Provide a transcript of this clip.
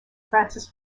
francis